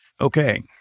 Okay